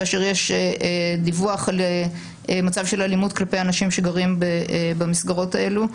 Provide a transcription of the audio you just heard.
כאשר יש דיווח על מצב של אלימות כלפי אנשים שגרים במסגרות האלו.